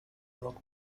rock